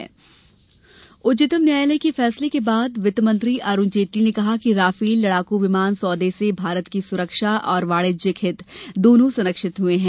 Rafale प्रतिक्रिया उच्चतम न्यायालय के फैसले के बाद वित्तमंत्री अरुण जेटली ने कहा है कि राफेल लड़ाकू विमान सौदे से भारत की सुरक्षा और वाणिज्यिक हित दोनों संरक्षित हुए हैं